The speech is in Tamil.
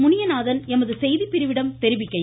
முனியநாதன் எமது செய்தி பிரிவிடம் தெரிவிக்கையில்